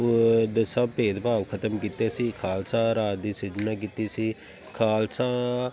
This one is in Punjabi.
ਦੇ ਸਭ ਭੇਦਭਾਵ ਖ਼ਤਮ ਕੀਤੇ ਸੀ ਖਾਲਸਾ ਰਾਜ ਦੀ ਸਿਰਜਣਾ ਕੀਤੀ ਸੀ ਖਾਲਸਾ